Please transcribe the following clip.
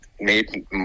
made